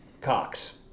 Cox